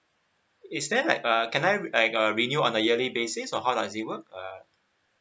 is there like uh can I like uh renew on a yearly basis or how does it work uh